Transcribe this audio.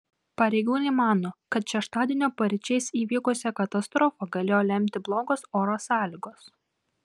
pareigūnai mano kad šeštadienio paryčiais įvykusią katastrofą galėjo lemti blogos oro sąlygos